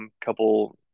couple